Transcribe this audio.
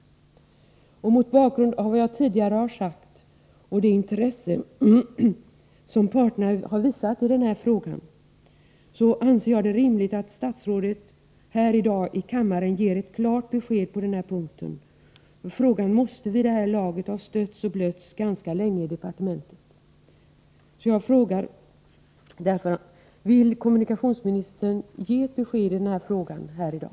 Mot bakgrund av vad jag tidigare anfört och det intresse som parterna visat i denna fråga anser jag det rimligt att statsrådet här i dag ger ett klart besked på denna punkt. Frågan måste vid det här laget ha stötts och blötts ganska länge i departementet. Vill kommunikationsministern ge ett besked i frågan här i dag?